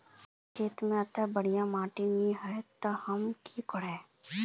हमर खेत में अत्ते बढ़िया माटी ने है ते हम की करिए?